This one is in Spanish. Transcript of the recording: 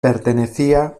pertenecía